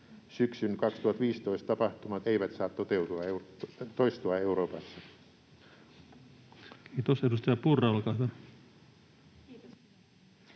Syksyn 2015 tapahtumat eivät saa toistua Euroopassa. Kiitos. — Edustaja Purra, olkaa hyvä.